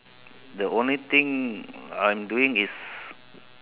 the only thing I'm doing is